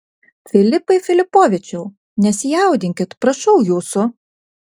filipai filipovičiau nesijaudinkit prašau jūsų